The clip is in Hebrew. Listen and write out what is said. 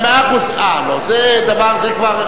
זה כבר,